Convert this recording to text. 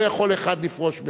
לא יכול אחד לפרוש ממנה,